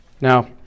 Now